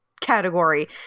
category